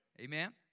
Amen